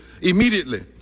immediately